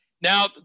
Now